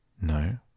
No